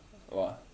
!wah!